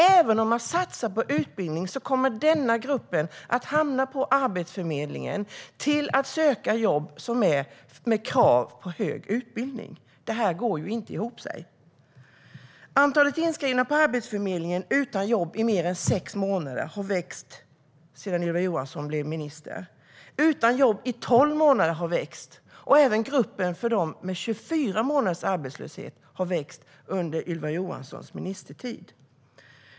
Även om man satsar på utbildning kommer denna grupp att hamna på Arbetsförmedlingen för att söka jobb där det finns krav på hög utbildning. Det går inte ihop. Antalet inskrivna på Arbetsförmedlingen som varit utan jobb i mer än sex månader har växt sedan Ylva Johansson blev minister. Antalet som varit utan jobb i tolv månader har växt. Även gruppen med 24 månaders arbetslöshet har växt under Ylva Johanssons ministertid.